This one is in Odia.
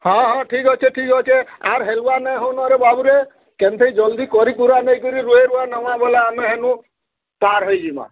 ହଁ ହଁ ଠିକ୍ ଅଛେ ଠିକ୍ ଅଛେ ଆର୍ ହେଲୁଆ ନାଇ ହେଉନରେ ବାବୁରେ କେନ୍ତେଇ ଜଲ୍ଦି କରିକୁରା ନେଇକରି ରୁଏଇ ରୁଆ ନେମା ବେଲେ ଆମେ ହେନୁ ପାର୍ ହେଇଯିମା